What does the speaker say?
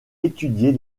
étudier